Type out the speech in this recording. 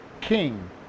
king